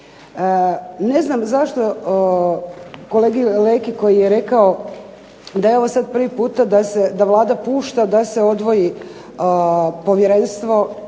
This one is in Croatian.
Ne znam zašto kolegi Leki koji je rekao da ovo sada prvi puta da Vlada pušta da se odvoji povjerenstvo